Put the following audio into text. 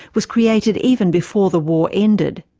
was created even before the war ended.